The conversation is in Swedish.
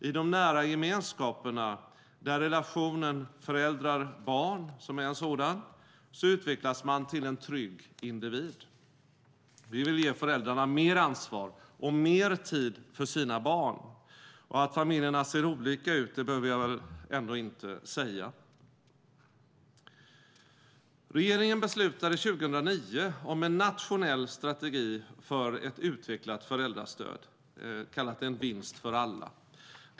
I de nära gemenskaperna - relationen föräldrar-barn är en sådan - utvecklas man till en trygg individ. Vi vill ge föräldrarna mer ansvar och mer tid för sina barn. Att familjerna ser olika ut behöver jag väl inte säga. Regeringen beslutade 2009 om en nationell strategi för ett utvecklat föräldrastöd kallad En vinst för alla.